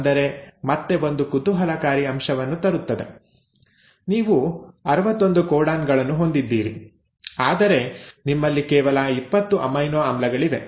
ಅಂದರೆ ಮತ್ತೆ ಒಂದು ಕುತೂಹಲಕಾರಿ ಅಂಶವನ್ನು ತರುತ್ತದೆ ನೀವು 61 ಕೋಡಾನ್ ಗಳನ್ನು ಹೊಂದಿದ್ದೀರಿ ಆದರೆ ನಿಮ್ಮಲ್ಲಿ ಕೇವಲ 20 ಅಮೈನೋ ಆಮ್ಲಗಳಿವೆ